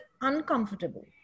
uncomfortable